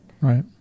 right